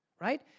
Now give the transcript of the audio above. right